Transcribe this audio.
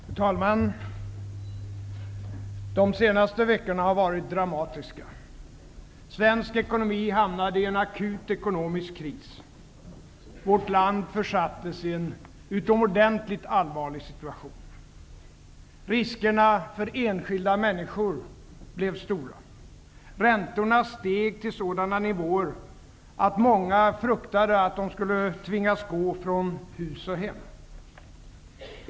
Fru talman! De senaste veckorna har varit dramatiska. Svensk ekonomi hamnade i en akut ekonomisk kris och vårt land försattes i en utomordentligt allvarlig situation. Riskerna för enskilda människor blev stora. Räntorna steg till sådana nivåer att många fruktade att de skulle tvingas gå från hus och hem.